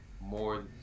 more